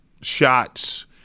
shots